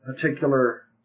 particular